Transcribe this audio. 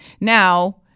Now